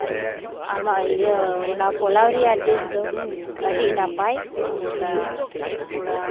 ᱟᱢᱟᱜ ᱤᱭᱟᱹ ᱚᱱᱟ ᱯᱳᱞᱟᱣ ᱨᱮᱭᱟᱜ ᱴᱮᱥᱴ ᱫᱚ ᱟᱹᱰᱤ ᱱᱟᱯᱟᱭ ᱦᱩᱭᱩᱜᱼᱟ